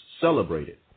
celebrated